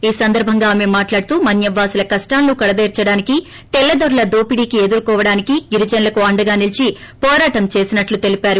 ఈ సందర్భంగా ఆమె మాట్లాడుతూ మన్యం వాసుల కష్షాలను కడతేర్చటానికి తెల్లదొరల దోపిడీని ఎదుర్కోవడానికి గిరిజనులకు అండగా నిలీచి పోరాటం చేసినట్లు తెలిపారు